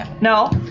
no